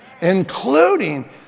including